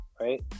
Right